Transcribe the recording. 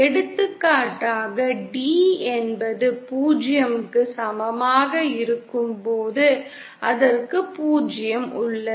எடுத்துக்காட்டாக d என்பது 0 க்கு சமமாக இருக்கும்போது அதற்கு 0 உள்ளது